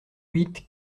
huit